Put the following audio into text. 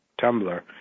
Tumblr